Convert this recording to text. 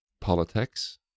politics